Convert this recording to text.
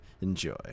Enjoy